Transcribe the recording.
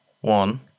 one